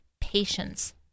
patience